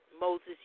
Moses